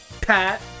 Pat